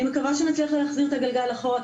אני מקווה שנצליח להחזיר את הגלגל אחורה,